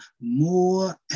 more